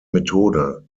methode